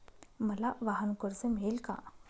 मला वाहनकर्ज मिळेल का?